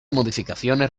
modificaciones